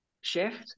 shift